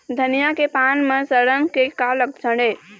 धनिया के पान म सड़न के का लक्षण ये?